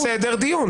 אבל יש סדר דיון.